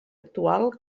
actual